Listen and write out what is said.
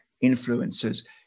influences